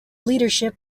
leadership